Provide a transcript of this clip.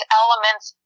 elements